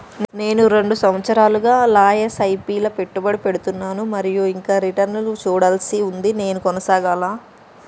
నేను రెండు సంవత్సరాలుగా ల ఎస్.ఐ.పి లా పెట్టుబడి పెడుతున్నాను మరియు ఇంకా రిటర్న్ లు చూడాల్సి ఉంది నేను కొనసాగాలా?